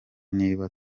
niba